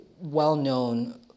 well-known